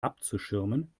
abzuschirmen